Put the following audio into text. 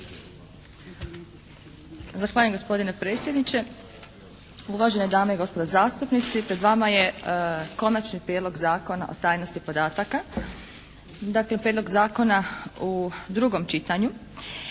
Zahvaljujem gospodine predsjedniče. Uvažene dame i gospodo zastupnici, pred vama je Konačni prijedlog zakona o tajnosti podataka. Dakle Prijedlog zakona u drugom čitanju.